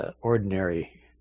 ordinary